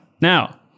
Now